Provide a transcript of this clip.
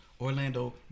Orlando